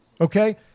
Okay